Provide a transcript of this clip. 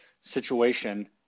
situation